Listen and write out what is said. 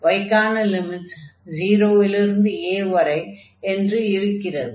y க்கான limits 0 லிருந்து a வரை என்று இருக்கிறது